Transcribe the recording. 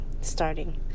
starting